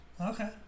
Okay